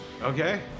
Okay